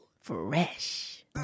Fresh